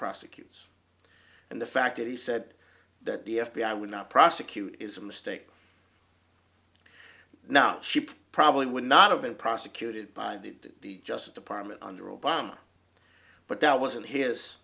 prosecutes and the fact that he said that the f b i would not prosecute is a mistake now she probably would not have been prosecuted by the justice department under obama but that wasn't his